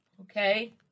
Okay